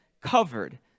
covered